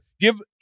give